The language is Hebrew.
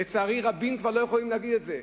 לצערי, רבים כבר לא יכולים להגיד את זה.